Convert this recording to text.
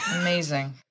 Amazing